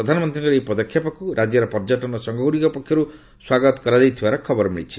ପ୍ରଧାନମନ୍ତ୍ରୀଙ୍କର ଏହି ପଦକ୍ଷେପକୁ ରାଜ୍ୟର ପର୍ଯ୍ୟଟନ ସଂଘଗୁଡ଼ିକ ପକ୍ଷରୁ ସ୍ୱାଗତ କରାଯାଇଥିବାର ଖବର ମିଳିଛି